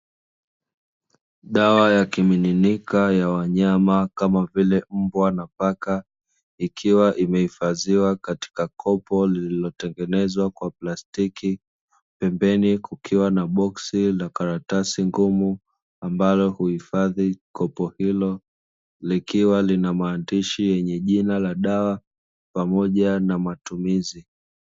Dawa ya kimiminika ya wanyama, kama vile mbwa na paka, ikiwa imehifadhiwa katika kopo lililotengenezwa kwa plastiki, pembeni kukiwa na boksi la karatasi ngumu ambalo huhifadhi kopo hilo, likiwa lina maandishi yenye jina la dawa pamoja na matumizi.